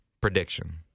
Prediction